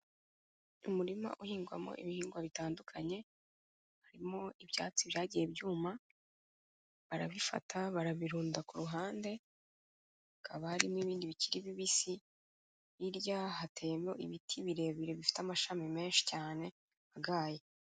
Umurima uhingwamo ibihingwa bitandukanye, harimo ibyatsi byagiye byuma barabifata barabirunda ku ruhande, hakaba hari n'ibindi bikiri bibisi, hirya hateyemo ibiti birebire bifite amashami menshi cyane agaye.